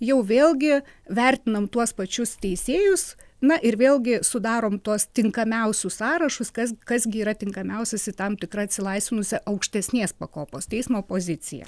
jau vėlgi vertinam tuos pačius teisėjus na ir vėlgi sudarom tuos tinkamiausius sąrašus kas kas gi yra tinkamiausias į tam tikrą atsilaisvinusią aukštesnės pakopos teismo poziciją